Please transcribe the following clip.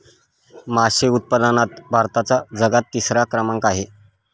मासे उत्पादनात भारताचा जगात तिसरा क्रमांक आहे